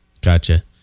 Gotcha